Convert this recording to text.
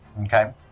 okay